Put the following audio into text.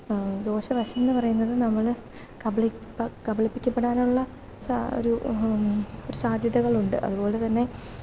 ദോഷവശം എന്ന് പറയുന്നത് നമ്മൾ കബളി കബളിപ്പിക്കപ്പെടാനുള്ള ഒരു ഒരു സാധ്യതകളുണ്ട് അതുപോലെ തന്നെ